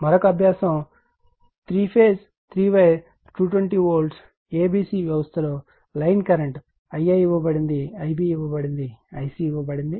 మరొక అభ్యాసం 3 phase 3 wire 220 volt A B C వ్యవస్థలో లైన్ కరెంట్ Ia ఇవ్వబడినది Ib ఇవ్వబడినది Ic ఇవ్వబడినది